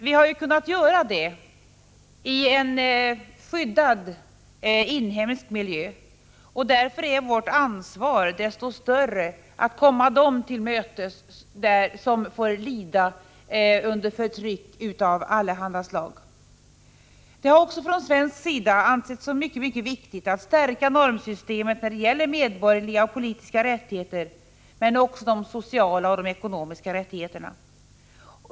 Vi har kunnat arbeta i en skyddad miljö och därför är vårt ansvar så mycket större att komma dem till mötes som får lida under förtryck av allehanda slag. Det har från svensk sida ansetts som mycket viktigt att stärka normsystemet när det gäller medborgerliga och politiska rättigheter liksom också när det gäller ekonomiska och sociala rättigheter.